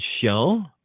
Show